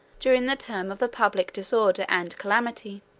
during the term of the public disorder and calamity